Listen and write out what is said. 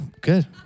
good